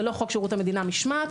זה לא חוק שירות המדינה (משמעת).